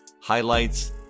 highlights